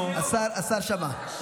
השר שמע.